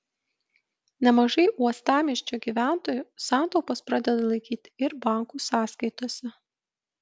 nemažai uostamiesčio gyventojų santaupas pradeda laikyti ir bankų sąskaitose